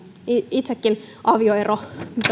itsekin avioerolapsena